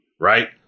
right